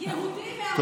יהודים מארצות ערב.